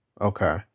Okay